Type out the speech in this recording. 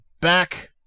Back